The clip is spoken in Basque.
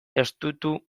estutu